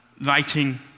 writing